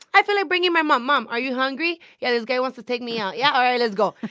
i feel like bringing my mom. mom, are you hungry? yeah, this guy wants to take me out. yeah? all right, let's go.